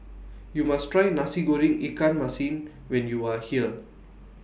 YOU must Try Nasi Goreng Ikan Masin when YOU Are here